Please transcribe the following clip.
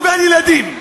או גן-ילדים?